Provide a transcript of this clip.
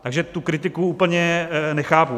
Takže tu kritiku úplně nechápu.